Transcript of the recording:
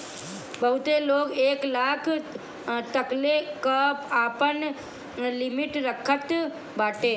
बहुते लोग एक लाख तकले कअ आपन लिमिट रखत बाटे